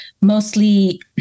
mostly